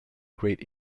great